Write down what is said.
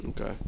Okay